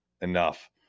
enough